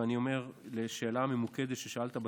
ואני אומר על שאלה ממוקדת ששאלת בסוף,